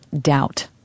doubt